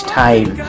time